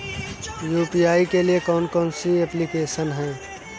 UPI के लिए कौन कौन सी एप्लिकेशन हैं?